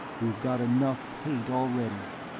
we've got enough hate already.